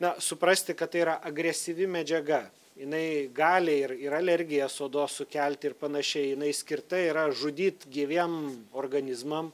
na suprasti kad tai yra agresyvi medžiaga jinai gali ir ir alergijas odos sukelti ir panašiai jinai skirta yra žudyt gyviem organizmam